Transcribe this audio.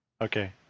Okay